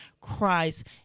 Christ